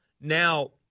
Now